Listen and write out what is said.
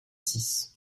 six